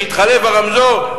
כשהתחלף הרמזור,